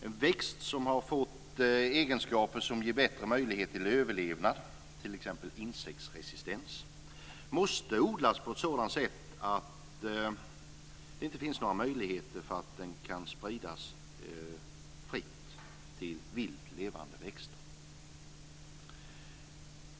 En växt som har fått egenskaper som ger bättre möjligheter till överlevnad, t.ex. insektsresistens, måste odlas på ett sådant sätt att den inte har några möjligheter att spridas fritt till vilt levande växter.